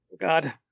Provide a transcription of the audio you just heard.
God